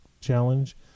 challenge